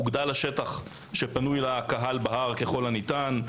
הוגדל השטח שפנוי לקהל בהר ככל הניתן,